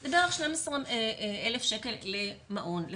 זה בערך 12,000 שקל לקומפלקס.